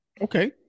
Okay